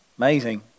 Amazing